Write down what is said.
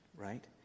right